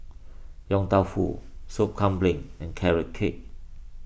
Yong Tau Foo Sop Kambing and Carrot Cake